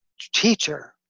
teacher